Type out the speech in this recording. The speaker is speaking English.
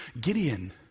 Gideon